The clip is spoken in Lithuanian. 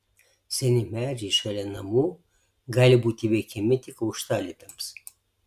seni medžiai šalia namų gali būti įveikiami tik aukštalipiams